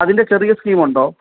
അതിന്റെ ചെറിയ സ്കീമുണ്ടോ